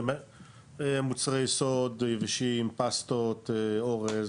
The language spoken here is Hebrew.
מוצרי יסוד, יבשים, פסטות, אורז,